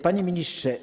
Panie Ministrze!